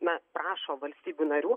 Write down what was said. na prašo valstybių narių